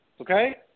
Okay